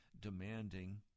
demanding